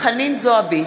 חנין זועבי,